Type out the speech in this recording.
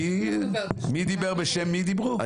מי דיבר בשם מי דיברו?